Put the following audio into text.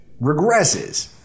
regresses